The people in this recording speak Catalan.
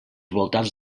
voltants